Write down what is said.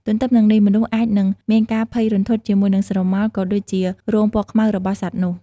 ទន្ទឹមនឹងនេះមនុស្សអាចនឹងមានការភ័យរន្ធត់ជាមួយនឹងស្រមោល ក៏ដូចជារោមពណ៌ខ្មៅរបស់សត្វនោះ។